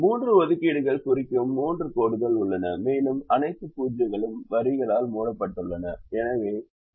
மூன்று ஒதுக்கீடுகளைக் குறிக்கும் மூன்று கோடுகள் உள்ளன மேலும் அனைத்து 0 களும் வரிகளால் மூடப்பட்டுள்ளன